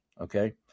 Okay